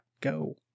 go